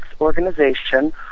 organization